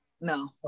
No